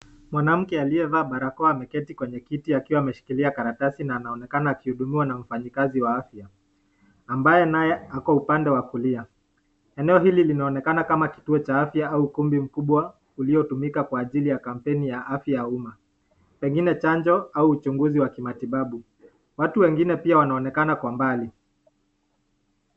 Mwanamke aliyevaa barakoa ameketi kwenye kiti akiwa ameshikilia karatasi na anaonekana akihudumiwa na mfanyikazi wa afya, ambaye nae ako upande wa kulia. Eneo hili linaonekana kama kituo cha afya au ukumbi mkubwa uliotumika kwa ajili ya kampeni ya afya ya umma, pengine chanjo au uchunguzi wa kimatibabu. Watu wengine pia wanaonekana kwa mbali.